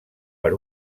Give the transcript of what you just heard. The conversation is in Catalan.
per